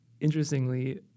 interestingly